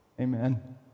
Amen